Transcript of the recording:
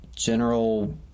General